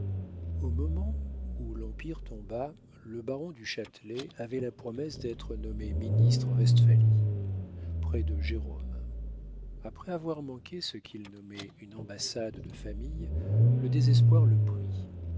au moment où l'empire tomba le baron du châtelet avait la promesse d'être nommé ministre en westphalie près de jérôme après avoir manqué ce qu'il nommait une ambassade de famille le désespoir le prit